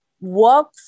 work